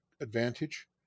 advantage